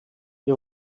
wir